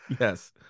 Yes